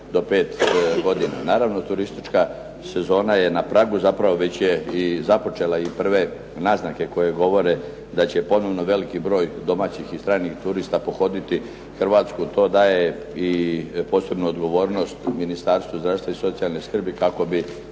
do pet godina. Naravno, turistička sezona je na pragu, zapravo već je i započela i prve naznake koje govore da će ponovo veliki broj domaćih i stranih turista pohoditi Hrvatsku to daje i posebnu odgovornost Ministarstvu zdravstva i socijalne skrbi kako bi